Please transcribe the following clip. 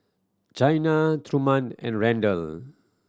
Chyna Truman and Randel